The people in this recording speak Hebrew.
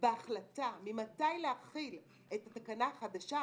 בהחלטה ממתי להחיל את התקנה החדשה,